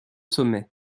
sommets